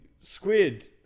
Squid